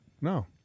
No